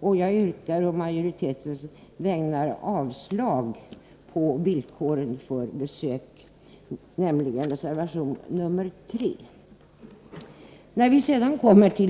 Jag yrkar på utskottsmajoritetens vägnar avslag på reservation 3 beträffande villkor för besök.